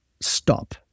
stop